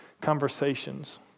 conversations